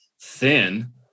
thin